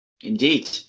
Indeed